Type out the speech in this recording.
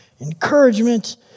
encouragement